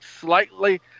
slightly